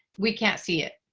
we can't see it.